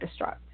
destruct